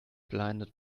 blinded